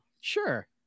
sure